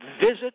visit